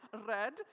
Red